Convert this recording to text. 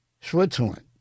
Switzerland